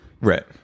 Right